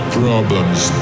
problems